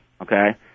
okay